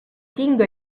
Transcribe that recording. tinga